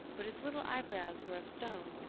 but his little eyebrows were of stone.